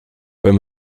wenn